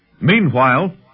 Meanwhile